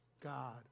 God